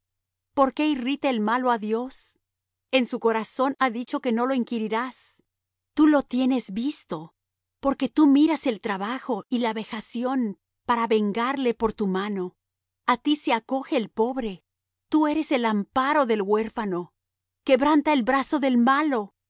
por qué irrita el malo á dios en su corazón ha dicho que no lo inquirirás tú lo tienes visto porque tú miras el trabajo y la vejación para vengar le por tu mano a ti se acoge el pobre tú eres el amparo del huérfano quebranta el brazo del malo del